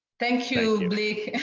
thank you, blake